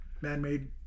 man-made